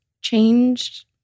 changed